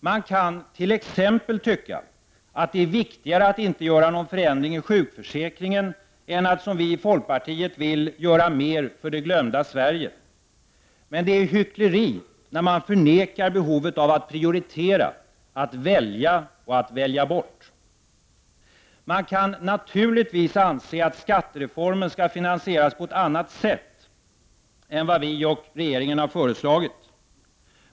Man kan t.ex. tycka att det är viktigare att inte göra någon förändring i sjukförsäkringen än att, som vi i folkpartiet vill, göra mer för det glömda Sverige. Men det är hyckleri att förneka behovet av att prioritera, att välja och välja bort. Man kan naturligtvis anse att skattereformen skall finansieras på ett annat sätt än vad vi och regeringen har föreslagit.